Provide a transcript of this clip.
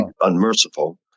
unmerciful